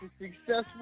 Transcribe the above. successful